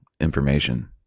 information